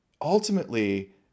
ultimately